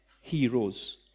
heroes